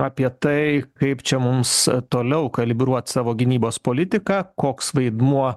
apie tai kaip čia mums toliau kalibruot savo gynybos politiką koks vaidmuo